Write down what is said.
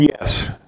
Yes